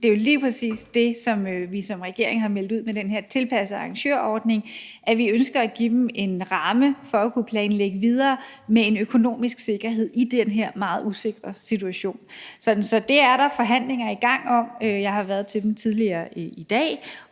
Det er jo lige præcis det, som vi som regering har meldt ud med den her tilpassede arrangørordning: at vi ønsker at give dem en ramme for at kunne planlægge videre med en økonomisk sikkerhed i den her meget usikre situation. Så det er der forhandlinger i gang om. Jeg har været til dem tidligere i dag